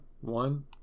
one